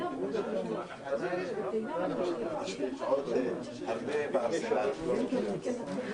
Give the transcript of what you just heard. להיות באחת עשרה בוועדת הכנסת לפטור מחובת